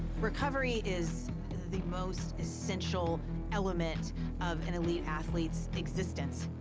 recovery is the most essential element of an elite athlete's existence.